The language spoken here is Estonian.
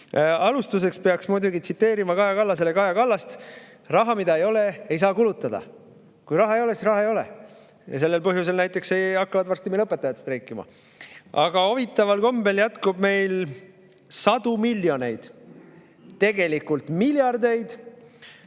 Alustuseks peaks muidugi tsiteerima Kaja Kallasele Kaja Kallast: "Raha, mida ei ole, ei saa kulutada." Kui raha ei ole, siis raha ei ole. Sellel põhjusel näiteks hakkavad varsti meil õpetajad streikima. Aga huvitaval kombel jätkub meil sadu miljoneid, tegelikult miljardeid,